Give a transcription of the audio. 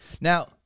Now